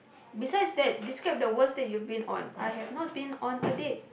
besides that describe the worst that you've been on I have not been on a date